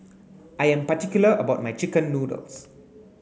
I am particular about my chicken noodles